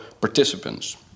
participants